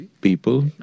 people